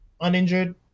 uninjured